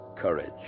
courage